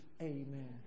amen